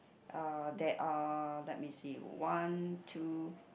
uh there are let me see one two